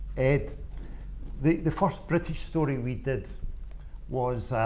ed the the first british story we did was